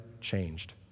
changed